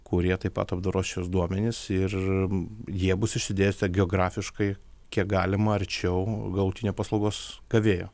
kurie taip pat apdoros šiuos duomenis ir jie bus išsidėstę geografiškai kiek galima arčiau galutinio paslaugos gavėjo